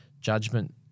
judgment